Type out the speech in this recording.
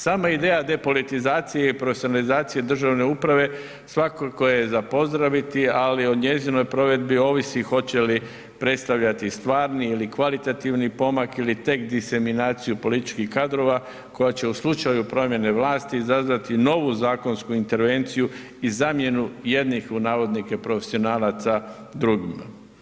Sama ideja depolitizacije i profesionalizacije državne uprave svakako je za pozdraviti, ali o njezinoj provedbi ovisi hoće li predstavljati stvarni ili kvalitativni pomak ili tek diseminaciju političkih kadrova koja će u slučaju promjene vlasti izazvati novu zakonsku intervenciju i zamjenu jednih u navodnike profesionalaca, drugima.